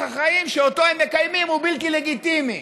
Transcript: החיים שאותו הם מקיימים הוא בלתי לגיטימי.